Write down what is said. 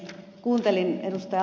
kuuntelin ed